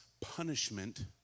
punishment